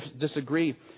disagree